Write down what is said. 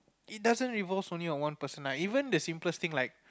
it doesn't involves only on one person lah even the simplest thing like